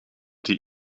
die